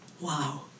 Wow